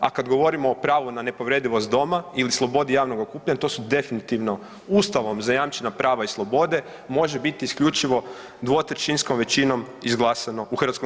A kad govorimo o pravu na nepovredivost doma ili slobodi javnog okupljanja, to su definitivno ustavom zajamčena prava i slobode, može biti isključivo dvotrećinskom većinom izglasano u HS.